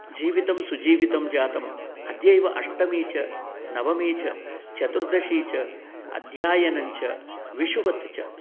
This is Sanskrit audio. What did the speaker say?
जीवितं सुजीवितं जातं अद्यैव अष्टमी च नवमी च चतुर्दशी च अद्यायनञ्च विशुवत् च